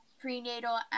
prenatal